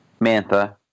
Mantha